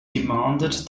demanded